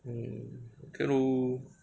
um okay lor